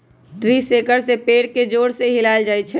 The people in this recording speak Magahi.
ट्री शेकर से पेड़ के जोर से हिलाएल जाई छई